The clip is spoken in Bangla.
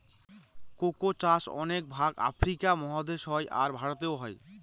কোকো চাষ অনেক ভাগ আফ্রিকা মহাদেশে হয়, আর ভারতেও হয়